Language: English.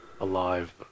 alive